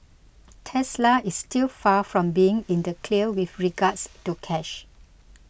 Tesla is still far from being in the clear with regards to cash